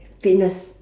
fitness